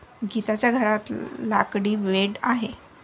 गीताच्या घरात लाकडी बेड आहे